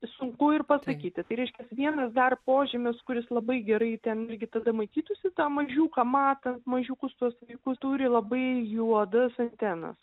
sunku ir pasakyti tai reiškias vienas dar požymis kuris labai gerai ten irgi tada matytųsi tą mažiuką matant mažiukus tuos jeigu turi labai juodas antenas